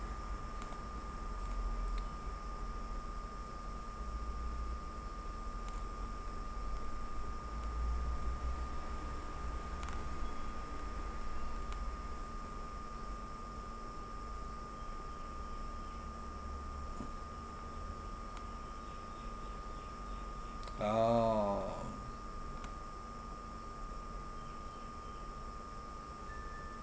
oh